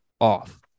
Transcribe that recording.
off